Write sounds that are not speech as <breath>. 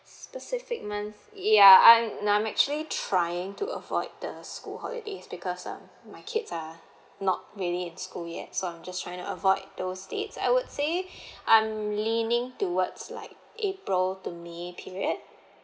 specific month ya I'm I'm actually trying to avoid the school holidays because um my kids are not really in school yet so I'm just trying to avoid those dates I would say <breath> I'm leaning towards like april to may period